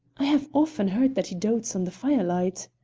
i have often heard that he dotes on the firelight.